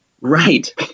Right